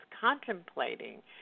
contemplating